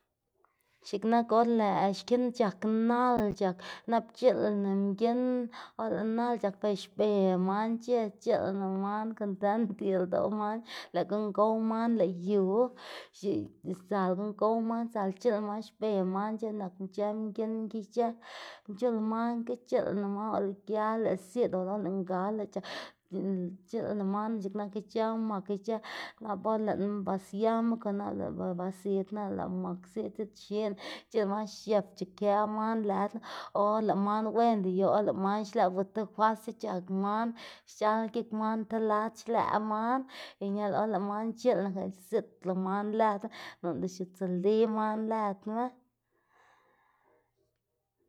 x̱iꞌk nak or lëꞌ xki c̲h̲ak nal c̲h̲ak nap c̲h̲iꞌlna mginn or lëꞌ nal c̲h̲ak ber xbe man c̲h̲edz c̲h̲iꞌlna man kondënt yu ldoꞌ man lëꞌ guꞌn gow man lëꞌ yu x̱iꞌ sdzal guꞌn gow man sdzal c̲h̲iꞌlna man xbe man c̲h̲edz nak ic̲h̲ë mginn ki ic̲h̲ë nc̲h̲ul man ki c̲h̲iꞌlna man nap lëꞌ gia lëꞌ ziꞌd o nap lëꞌ ngal lëꞌ c̲h̲ak c̲h̲iꞌlna man x̱iꞌk nak ic̲h̲ë mak ic̲h̲ë nap or lëꞌma ba siama kon nap bela ba ziꞌdná nap lëꞌ mak ziꞌd ziꞌdxiná c̲h̲iꞌlna man xiëp xikë man lëdná o or lëꞌ man wenda yu or lëꞌ man xlëꞌ tikwase c̲h̲ak man xc̲h̲al gik man ti lad xlëꞌ man y ñala or lëꞌ man c̲h̲iꞌlna ger ziꞌdlá man lëdma noꞌnda ztsili man lëdma.